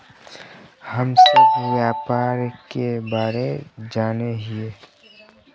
हम सब व्यापार के बारे जाने हिये?